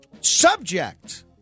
Subject